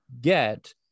get